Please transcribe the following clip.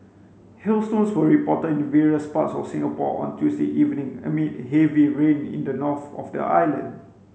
hailstones were reported in various parts of Singapore on Tuesday evening amid heavy rain in the north of the island